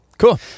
Cool